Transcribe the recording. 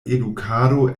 edukado